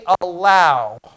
allow